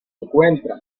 encuentra